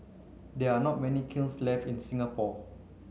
there are not many kilns left in Singapore